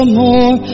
more